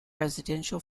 residential